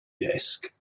disk